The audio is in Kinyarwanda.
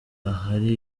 ahari